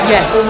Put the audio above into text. Yes